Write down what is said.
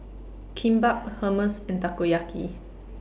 Kimbap Hummus and Takoyaki